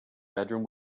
bedroom